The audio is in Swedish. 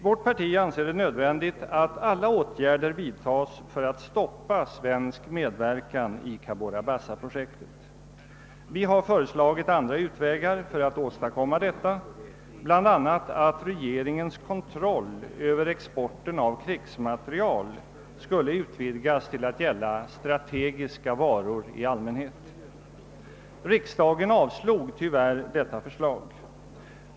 Vårt parti anser det nödvändigt att alla åtgärder vidtas för att stoppa en svensk medverkan i Cabora Bassa-projektet. Vi har föreslagit andra utvägar för att åstadkomma detta, bl.a. att regeringens kontroll över exporten av krigsmateriel skulle utvidgas till att gälla strategiska varor i allmänhet. Riksdagen avslog tyvärr detta förslag.